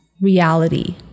reality